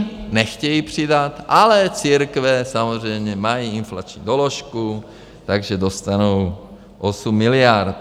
Jim nechtějí přidat, ale církve samozřejmě mají inflační doložku, takže dostanou osm miliard.